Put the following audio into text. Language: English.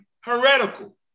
heretical